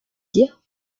dire